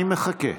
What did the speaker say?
אני מחכה.